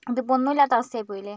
ഇതിപ്പോൾ ഒന്നുല്ലാത്ത അവസ്ഥ ആയിപ്പോയില്ലേ